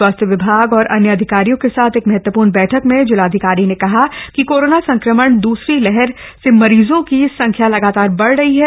स्वास्थ्य विभाग और अन्य अधिकारियों के साथ एक महत्वपूर्ण बैठक में जिलाधिकारी ने कहा कि कोरोना संक्रमण की दूसरी लहर से मरीजों की संख्या लगातार बढ़ रही है